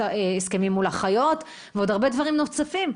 הסכמים מול אחיות ועוד הרבה דברים נוספים.